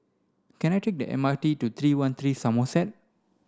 can I take the M R T to three one three Somerset